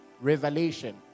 revelation